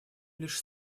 лишь